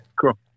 cool